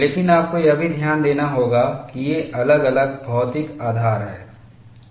लेकिन आपको यह भी ध्यान देना होगा कि ये अलग अलग भौतिक आधार हैं